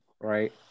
right